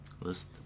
List